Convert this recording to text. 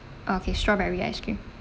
okay strawberry ice cream